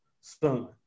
son